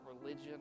religion